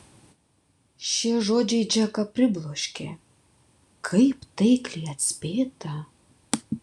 šie žodžiai džeką pribloškė kaip taikliai atspėta